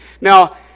Now